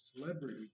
Celebrity